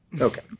Okay